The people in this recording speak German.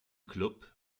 klub